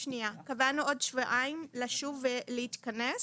שנייה, קבענו עוד שבועיים לשוב ולהתכנס